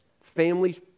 Families